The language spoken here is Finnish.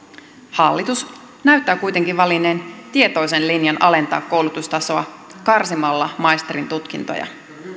hallitus näyttää kuitenkin valinneen tietoisen linjan alentaa koulutustasoa karsimalla maisterin tutkintoja